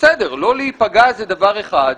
לא להיפגע זה דבר אחד,